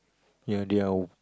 ya they are